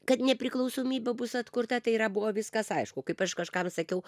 kad nepriklausomybė bus atkurta tai yra buvo viskas aišku kaip aš kažkam sakiau